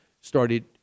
started